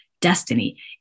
destiny